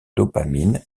dopamine